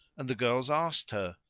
and the girls asked her,